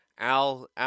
Al